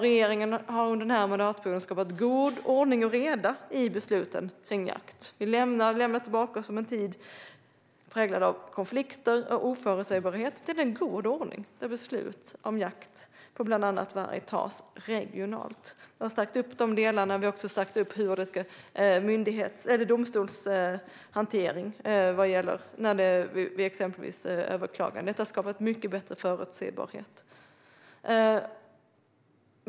Regeringen har under den här mandatperioden skapat god ordning och reda i besluten om jakt. Vi har lämnat bakom oss en tid präglad av konflikter och oförutsägbarhet och fått en god ordning, där beslut om jakt på bland annat varg tas regionalt. Vi har styrt upp de delarna. Vi har också styrt upp domstolshanteringen vid exempelvis överklaganden. Det har skapat mycket bättre förutsägbarhet.